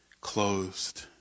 closed